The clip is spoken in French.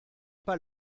pas